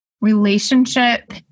relationship